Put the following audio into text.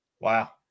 Wow